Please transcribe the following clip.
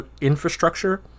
infrastructure